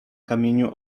kamieniu